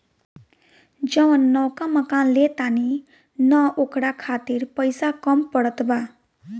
जवन नवका मकान ले तानी न ओकरा खातिर पइसा कम पड़त बा